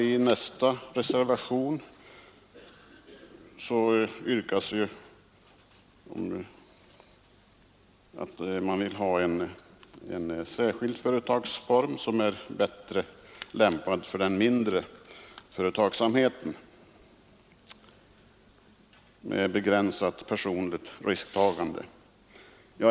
I reservationen 2 yrkas att en särskild företagsform införes som är bättre lämpad för den mindre företagsamheten, en företagsform med begränsat personligt risktagande.